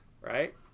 Right